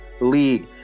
league